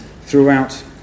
throughout